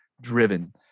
driven